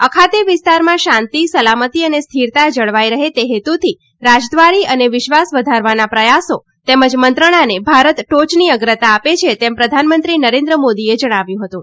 અખાતી વિસ્તારમાં શાંતિ સલામતી અને સ્થિરતા જળવાઈ રહે તે હેતુથી રાજદ્વારી અને વિશ્વાસ વધારવાના પ્રયાસો તેમજ મંત્રણાને ભારત ટોચની અગ્રતા આપે છે તેમ પ્રધાનમંત્રી નરેન્દ્ર મોદીએ જણાવ્યું હતું